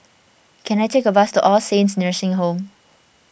can I take a bus to All Saints Nursing Home